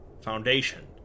Foundation